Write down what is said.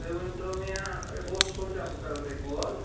تُہۍ ؤنۍتو مےٚ بہٕ اوسُس سونٛچان بہٕ کَرو تۄہہِ کال